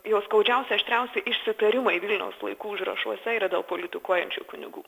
jo skaudžiausi aštriausi išsitarimai vilniaus laikų užrašuose yra dėl politikuojančių kunigų